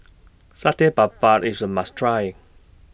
Satay Babat IS A must Try